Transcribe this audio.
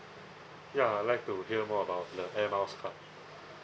ya I'd like to hear more about the air miles card